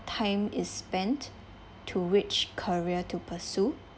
time is spent to which career to pursue